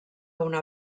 una